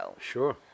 Sure